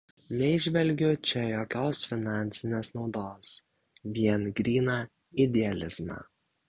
neįžvelgiu čia jokios finansinės naudos vien gryną idealizmą